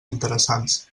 interessants